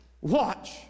watch